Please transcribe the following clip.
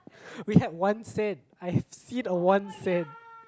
we had one cent I've seen a one cent